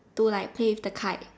to like play with the kite